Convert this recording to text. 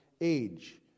age